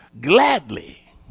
gladly